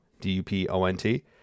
D-U-P-O-N-T